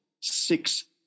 six